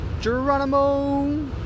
Geronimo